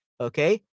Okay